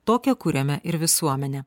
tokią kuriame ir visuomenę